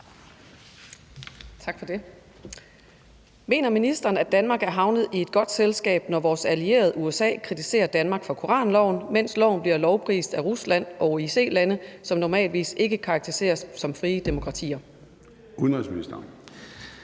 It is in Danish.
Mener ministeren, at Danmark er havnet i godt selskab, når vores allierede USA kritiserer Danmark for koranloven, mens loven bliver lovprist af Rusland og OIC-lande, som normalt ikke karakteriseres som frie demokratier? Skriftlig